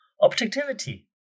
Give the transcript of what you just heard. Objectivity